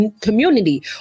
community